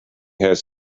has